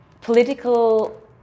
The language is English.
political